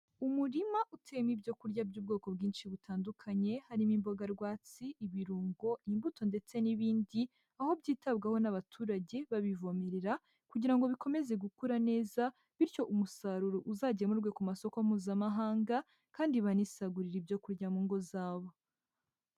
Umurima uteyemo ibyo kurya by'ubwoko bwinshi butandukanye harimo imboga rwatsi, ibirungo, imbuto ndetse n'ibindi, aho byitabwaho n'abaturage babivomerera kugira ngo bikomeze gukura neza, bityo umusaruro uzagemurwe ku masoko mpuzamahanga kandi banisagurire ibyo kurya mu ngo zabo.